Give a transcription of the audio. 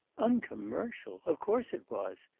uncommercial! of course it was.